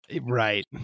right